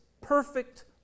perfect